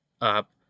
up